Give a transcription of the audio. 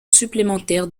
supplémentaire